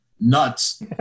nuts